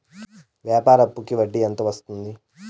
వ్యాపార అప్పుకి వడ్డీ ఎంత వస్తుంది?